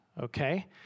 okay